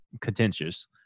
contentious